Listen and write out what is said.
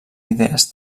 idees